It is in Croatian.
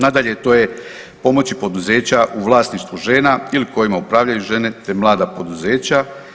Nadalje, to je pomoći poduzeća u vlasništvu žena ili kojima upravljaju žene, te mlada poduzeća.